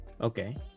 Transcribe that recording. Okay